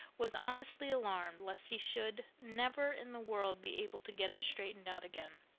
was honestly alarmed lest he should never in the world be able to get it straightened out again.